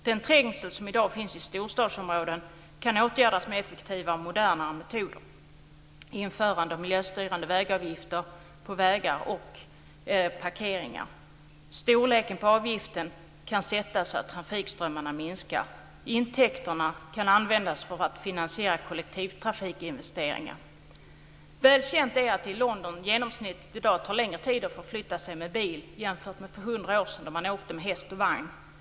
Den trängsel som i dag finns i storstadsområden kan åtgärdas med effektivare och modernare metoder: införande av miljöstyrande vägavgifter på vägar och parkeringar. Storleken på avgiften kan sättas så att trafikströmmarna minskar. Intäkterna kan användas för att finansiera kollektivtrafikinvesteringar. Väl känt är att det i London i dag genomsnittligt tar längre tid att förflytta sig med bil jämfört med för 100 år sedan då man åkte med häst och vagn.